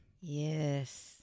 Yes